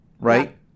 right